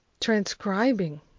transcribing